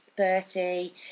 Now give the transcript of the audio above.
Bertie